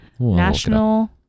national